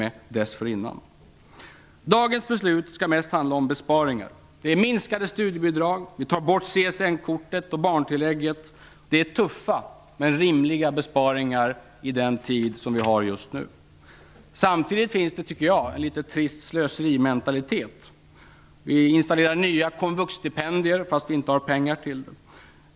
Dagens beslut skall mest handla om besparingar. Det handlar om minskade studiebidrag. Vi tar bort CSN-kortet och barntillägget. Det är tuffa men rimliga besparingar i den situation som vi har just nu. Samtidigt finns det en litet trist slöserimentalitet. Vi installerar nya komvuxstipendier fast vi inte har pengar till det.